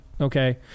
Okay